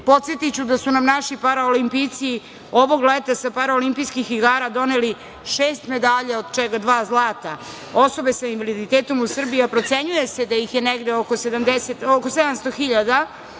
Podsetiću da su nam naši paraolimpijci ovog leta sa Paraolimpijskih igara doneli šest medalja, od čega dva zlata. Osobe sa invaliditetom u Srbiji, a procenjuje se da ih je negde oko 700 hiljada,